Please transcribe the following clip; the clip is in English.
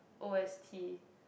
O_S_T